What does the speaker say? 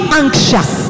anxious